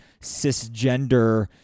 cisgender